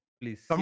please